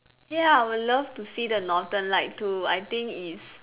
ya I would love to see the Northern light too I think it's